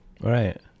Right